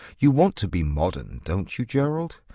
you want to be modern, don't you, gerald?